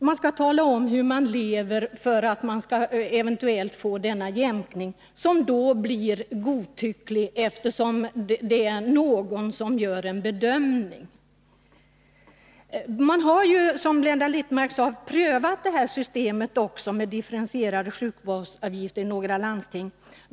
De skall tala om hur de lever, för att de eventuellt skall få jämkningen, som då blir godtycklig, eftersom det är någon som gör en bedömning i frågan. Man har, som Blenda Littmarck sade, också prövat systemet med differentierade sjukvårdsavgifter i några landsting.